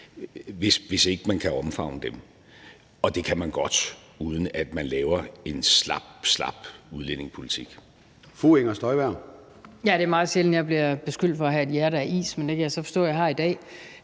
hvis ikke man kan omfavne dem. Og det kan man godt, uden at man laver en slap, slap udlændingepolitik. Kl. 14:13 Formanden (Søren Gade): Fru Inger Støjberg. Kl. 14:13 Inger Støjberg (DD): Det er meget sjældent, at jeg bliver beskyldt for at have et hjerte af is, men det kan jeg så forstå at jeg har i dag.